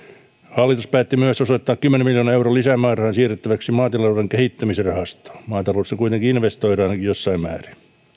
hallitus päätti myös osoittaa kymmenen miljoonan euron lisämäärärahan siirrettäväksi maatilatalouden kehittämisrahastoon maataloudessa kuitenkin investoidaan ainakin jossain määrin